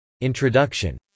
Introduction